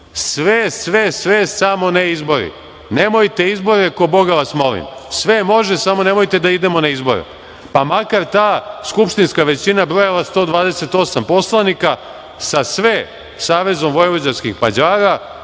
sve, sve, sve, samo ne izbori, nemojte izbore ko boga vas molim, sve može, samo nemojte da idemo na izbore, pa makar ta skupštinska većina brojala 128 poslanika sa sve Savezom vojvođanskih Mađara,